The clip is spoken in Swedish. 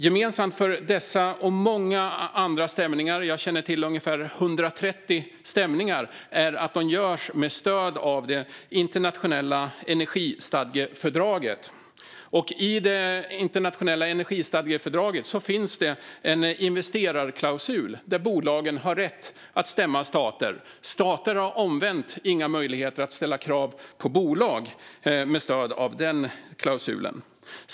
Gemensamt för dessa och många andra stämningar - jag känner till ungefär 130 - är att de görs med stöd av det internationella energistadgefördraget. I detta fördrag finns en investerarklausul där bolagen har rätt att stämma stater. Stater har omvänt inga möjligheter att ställa krav på bolag med stöd av klausulen.